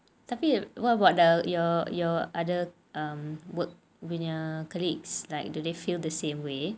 tapi what about the your your other work punya colleagues like do they feel the same way